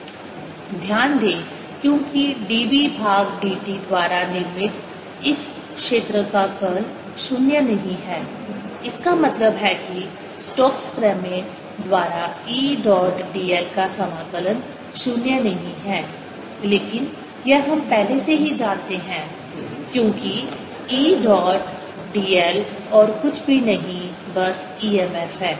rt 14πBr∂t×r rr r3dV ध्यान दें क्योंकि dB भाग dt द्वारा निर्मित इस क्षेत्र का कर्ल शून्य नहीं है इसका मतलब है कि स्टोक्स प्रमेय Stokes' theorem द्वारा E डॉट dl का समाकलन 0 नहीं है लेकिन यह हम पहले से ही जानते हैं क्योंकि E डॉट dl और कुछ भी नहीं बस EMF है